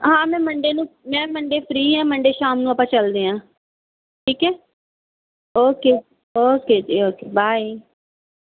ਹਾਂ ਮੈਂ ਮੰਡੇ ਨੂੰ ਮੈਂ ਮੰਡੇ ਫ੍ਰੀ ਹਾਂ ਮੰਡੇ ਸ਼ਾਮ ਨੂੰ ਆਪਾਂ ਚਲਦੇ ਹਾਂ ਠੀਕ ਹੈ ਓਕੇ ਓਕੇ ਜੀ ਓਕੇ ਬਾਏ